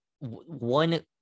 one